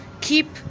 keep